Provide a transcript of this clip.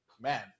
man